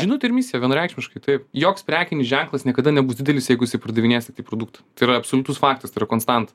žinutė ir misija vienareikšmiškai taip joks prekinis ženklas niekada nebus didelis jeigu jisai pardavinės tiktai produktą tai yra absoliutus faktas tai yra konstanta